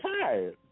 tired